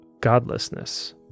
godlessness